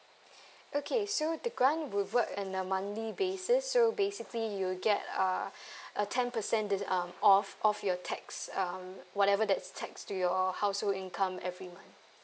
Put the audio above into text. okay so the grant would work in a monthly basis so basically you'll get uh a ten percent dis~ um off off your tax um whatever that's taxed to your household income every month